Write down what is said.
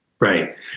right